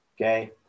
Okay